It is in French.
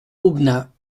aubenas